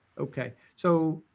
okay, so,